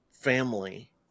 family